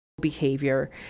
behavior